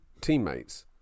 teammates